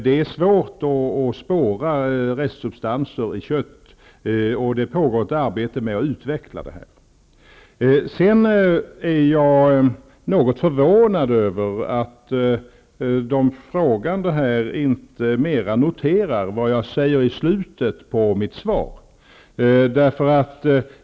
Det är svårt att spåra restsubstanser i kött, och det pågår ett arbete med att utveckla det. Jag är något förvånad över att frågeställarna inte bättre noterar vad jag säger i slutet av mitt svar.